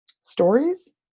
stories